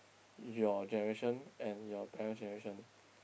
your generation and your parent's generation